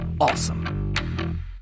awesome